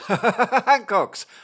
Hancock's